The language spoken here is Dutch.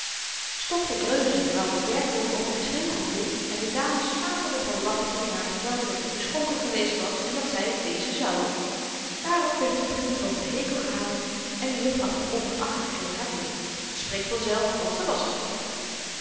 stoffel dreunde z'n vrouwelyk werkwoord op met veel gevoel en de dames schaterden van lachen toen i haar vertelde dat hy beschonken geweest was en dat zy t wezen zouden daarop werd de buurt over den hekel gehaald en de juffrouw van onder achter kreeg haar deel dat spreekt vanzelf want ze was er niet